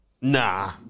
Nah